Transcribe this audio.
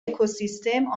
اکوسیستم